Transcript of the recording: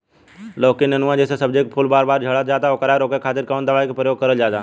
लौकी नेनुआ जैसे सब्जी के फूल बार बार झड़जाला ओकरा रोके खातीर कवन दवाई के प्रयोग करल जा?